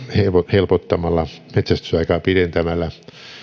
helpottamalla metsästysaikaa pidentämällä